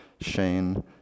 Shane